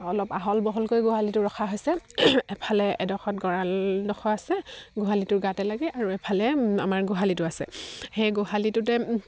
অলপ আহল বহলকৈ গোহালিটো ৰখা হৈছে এফালে এডোখৰত গঁৰালডোখৰ আছে গোহালিটোৰ গাতে লাগি আৰু এফালে আমাৰ গোহালিটো আছে সেই গোহালিটোতে